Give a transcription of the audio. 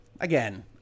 Again